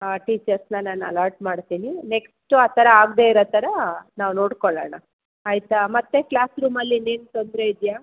ಆ ಟೀಚರ್ಸ್ನ ನಾನು ಅಲಾರ್ಟ್ ಮಾಡ್ತೀನಿ ನೆಕ್ಸ್ಟು ಆ ಥರ ಆಗದೇ ಇರೋ ಥರ ನಾವು ನೋಡ್ಕೊಳೋಣ ಆಯ್ತಾ ಮತ್ತೆ ಕ್ಲಾಸ್ ರೂಮಲ್ಲಿ ಇನ್ನೇನು ತೊಂದರೆ ಇದೆಯಾ